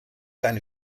seine